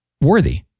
worthy